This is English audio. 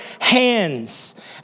hands